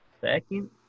second